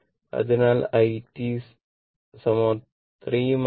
അതിനാൽ i 3 0